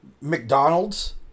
McDonald's